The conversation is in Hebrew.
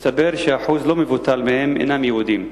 מסתבר שאחוז לא מבוטל מהם אינם יהודים.